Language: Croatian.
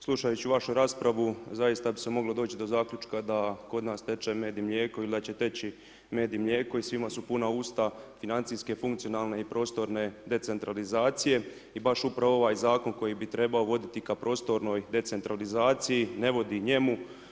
Slušajući vašu raspravu, zaista bi se moglo doći do zaključka da kod nas teče med i mlijeko ili da će teći med i mlijeko i svima su puna usta financijske, funkcionalne i prostorne decentralizacije i baš upravo ovaj Zakon koji bi trebao voditi ka prostornoj decentralizaciji ne vodi njemu.